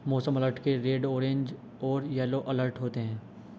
मौसम अलर्ट के red orange और येलो अलर्ट होते हैं